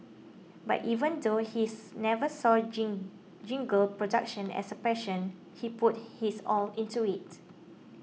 but even though his never saw gin jingle production as a passion he put his all into it